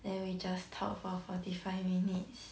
then we just talk for forty five minutes